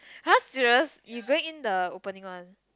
!huh! serious you going in the opening one